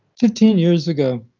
fifteen years ago,